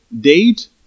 Date